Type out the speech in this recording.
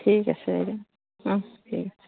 ঠিক আছে বাইদেউ ঠিক আছে